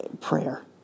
prayer